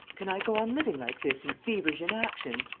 can i go on living like this, in feverish inaction?